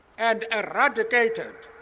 and erradicated